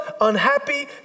unhappy